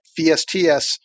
VSTS